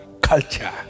culture